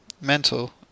mental